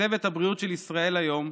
כתבת הבריאות של ישראל היום,